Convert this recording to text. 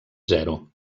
zero